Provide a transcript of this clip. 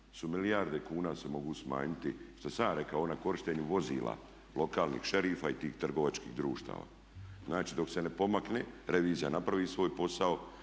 su milijarde kuna se mogu smanjiti, što sam ja rekao ovo na korištenju vozila lokalnih šerifa i tih trgovačkih društava. Znači dok se ne pomakne, revizija napravi svoj posao,